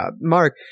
Mark